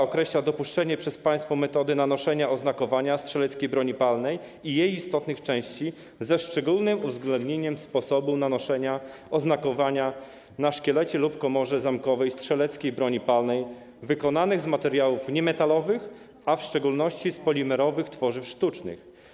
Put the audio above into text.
Określa się dopuszczone przez państwo metody nanoszenia oznakowania strzeleckiej broni palnej i jej istotnych części, ze szczególnym uwzględnieniem sposobu nanoszenia oznakowania na szkielet lub komorę zamkową strzeleckiej broni palnej wykonane z materiałów niemetalowych, w szczególności - z polimerowych tworzyw sztucznych.